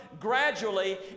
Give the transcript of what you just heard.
gradually